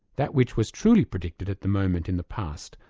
that which was truly predicted at the moment in the past,